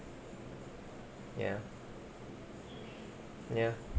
ya ya